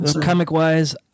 Comic-wise